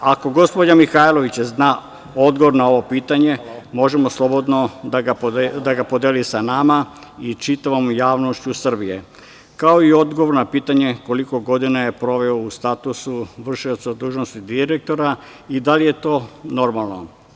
Ako gospođa Mihajlović zna odgovor na ovo pitanje, može slobodno da podeli sa nama i čitavom javnošću Srbije, kao i odgovor na pitanje – koliko godina je proveo u statusu v.d. direktora i da li je to normalno?